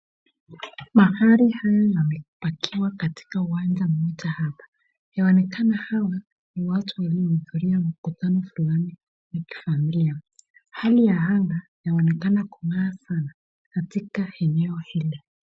Magari haya yamepakiwa katika uwanja mmoja hapa. Yaonekana hawa ni watu waliohuduria mkutano fulani ya kifamilia. Hali ya anga yaonekana kung'aa sana katika eneo hili.